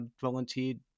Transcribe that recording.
volunteered